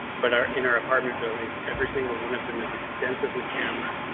but our inner apartment buildings, every single one of them is extensively camera